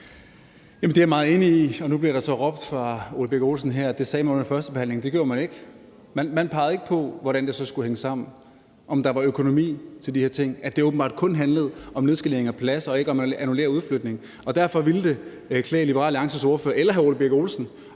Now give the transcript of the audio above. det er jeg meget enig i. Nu bliver der så råbt fra hr. Ole Birk Olesen, at man sagde det under førstebehandlingen. Det gjorde man ikke. Man pegede ikke på, hvordan det så skulle hænge sammen, og om der var økonomi til de her ting, og at det åbenbart kun handlede om nedskalering af pladser og ikke om at annullere udflytningen. Derfor ville det klæde Liberal Alliances ordfører eller hr. Ole Birk Olesen